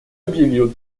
объявил